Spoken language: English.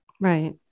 right